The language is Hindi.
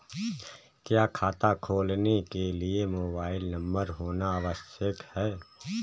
क्या खाता खोलने के लिए मोबाइल नंबर होना आवश्यक है?